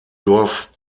dorf